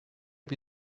più